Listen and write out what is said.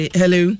hello